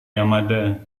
yamada